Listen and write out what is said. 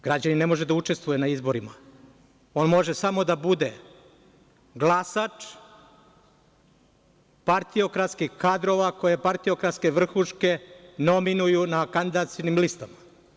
Građanin ne može da učestvuje na izborima, on može samo da bude glasač partiokratskih kadrova koje partiokratske vrhuške nominuju na kandidacionim listama.